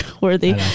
worthy